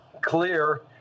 clear